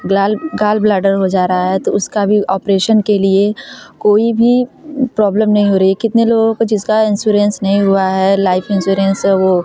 gallbladder हो जा रहा है तो उसका भी ऑपरेशन के लिए कोई भी प्रोब्लम नहीं हो रही कितने लोगों को जिसका इंसुरेंस नहीं हुआ है लाइफ इंसुरेस और वह